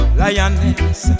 lioness